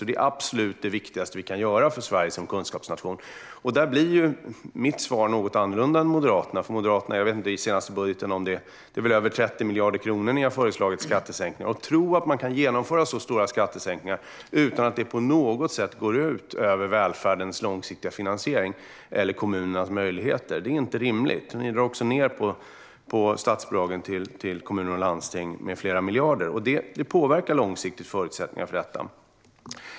Det är det absolut viktigaste vi kan göra för Sverige som kunskapsnation. Där blir mitt svar något annorlunda än Moderaternas. I er senaste budget är det väl över 30 miljarder kronor ni har föreslagit i skattesänkningar. Att tro att man kan genomföra så stora skattesänkningar utan att det på något sätt går ut över välfärdens långsiktiga finansiering eller kommunernas möjligheter är inte rimligt. Ni drar också ned på statsbidragen till kommuner och landsting med flera miljarder. Det påverkar långsiktigt förutsättningarna för detta.